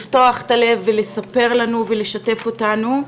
לפתוח את הלב ולספר לנו ולשתף אותנו.